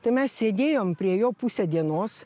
tai mes sėdėjom prie jo pusė dienos